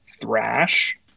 Thrash